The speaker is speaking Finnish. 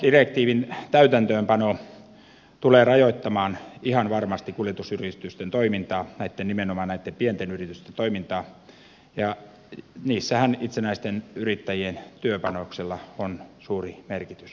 työaikadirektiivin täytäntöönpano tulee rajoittamaan ihan varmasti kuljetusyritysten toimintaa nimenomaan näitten pienten yritysten toimintaa ja niissähän itsenäisten yrittäjien työpanoksella on suuri merkitys